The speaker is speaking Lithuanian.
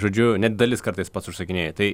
žodžiu net dalis kartais pats užsakinėju tai